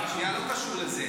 לא קשור לזה.